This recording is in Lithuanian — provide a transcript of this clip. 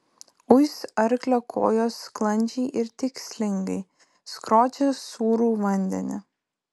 uis arklio kojos sklandžiai ir tikslingai skrodžia sūrų vandenį